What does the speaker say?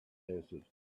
answered